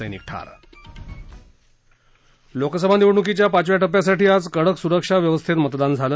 सम्रिक ठार लोकसभा निवडणूकीच्या पाचव्या टप्प्यासाठी आज कडक सुरक्षा व्यवस्थेत मतदान झालं